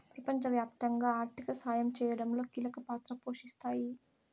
ప్రపంచవ్యాప్తంగా ఆర్థిక సాయం చేయడంలో కీలక పాత్ర పోషిస్తాయి